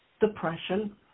depression